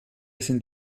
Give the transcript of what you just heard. sind